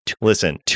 Listen